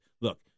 Look